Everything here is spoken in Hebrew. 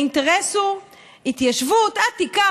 האינטרס הוא התיישבות עתיקה?